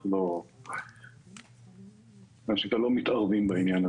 אנחנו מה שנקרא לא מתערבים בעניין.